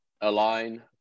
align